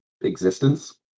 existence